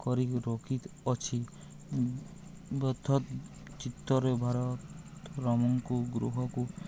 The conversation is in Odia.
କରି ରଖ ଅଛି ବଥ ଚିତ୍ତରେ ଭାରତ ରାମଙ୍କୁ ଗୃହକୁ